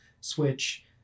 switch